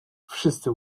wszyscy